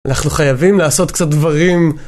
אנחנו חייבים לעשות קצת דברים